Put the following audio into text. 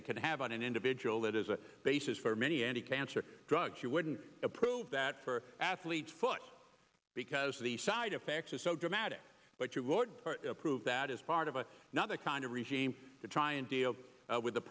they could have on an individual that is a basis for many anti cancer drugs you wouldn't approve that for athlete's foot because the side effects are so dramatic but you would prove that as part of a not a kind of regime to try and deal with the